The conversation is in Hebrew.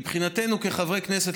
מבחינתנו כחברי כנסת,